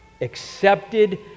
accepted